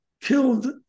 killed